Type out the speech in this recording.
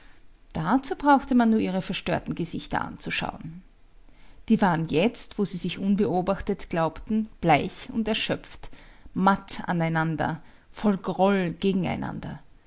dazu brauchte man nur ihre verstörten gesichter anzuschauen die waren jetzt wo sie sich unbeobachtet glaubten bleich und erschöpft matt aneinander voll groll gegeneinander